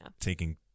taking